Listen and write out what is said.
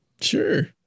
Sure